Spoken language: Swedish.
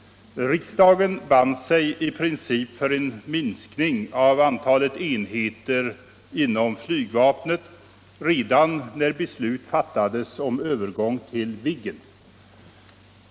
Riksdagen band sig i princip för en minskning av antalet enheter inom flygvapnet redan när beslut fattades om övergång till Viggen.